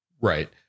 Right